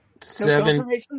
seven